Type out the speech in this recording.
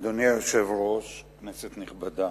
אדוני היושב-ראש, כנסת נכבדה,